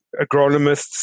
agronomists